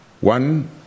One